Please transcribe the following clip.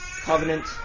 covenant